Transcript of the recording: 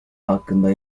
hakkında